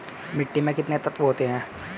मिट्टी में कितने तत्व होते हैं?